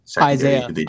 Isaiah